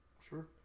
Sure